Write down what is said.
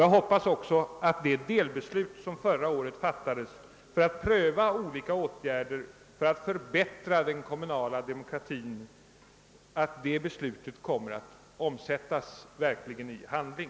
Jag hoppas också att det delbeslut som fattades förra året om att pröva olika åtgärder för att förbättra den kommunala demokratin kommer att omsättas i handling.